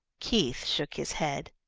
keith shook his head.